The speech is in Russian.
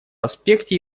аспекте